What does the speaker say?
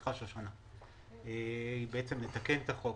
היא לתקן את החוק.